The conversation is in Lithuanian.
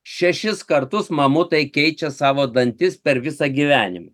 šešis kartus mamutai keičia savo dantis per visą gyvenimą